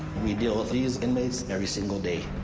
we deal with these inmates every single day.